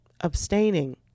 abstaining